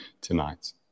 tonight